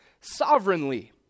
sovereignly